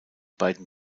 beiden